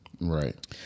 right